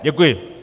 Děkuji.